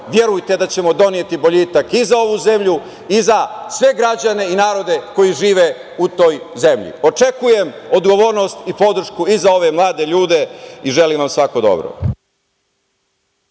verujte da ćemo doneti boljitak i za ovu zemlju i za sve građane i narode koji žive u toj zemlji. Očekujem odgovornost i podršku i za ove mlade ljude i želim vam svako dobro.